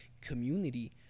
community